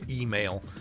email